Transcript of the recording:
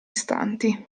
istanti